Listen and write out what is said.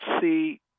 see